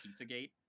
Pizzagate